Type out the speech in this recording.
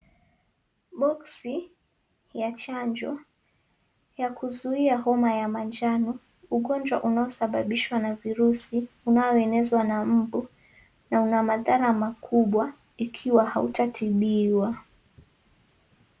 Boksi ya chanjo, ya kuzuia homa ya manjano, ugonjwa unaosababishwa na virusi unaoenezwa na mbu na una madhara makubwa ikiwa hautatibiwa.